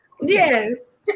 Yes